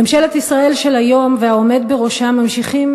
ממשלת ישראל של היום והעומד בראשה ממשיכים